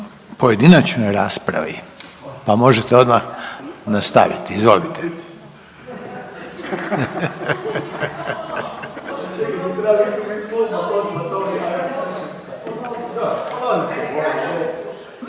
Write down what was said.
pojedinačnoj raspravi pa možete odmah nastaviti, izvolite.